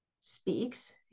speaks